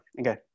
Okay